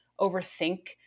overthink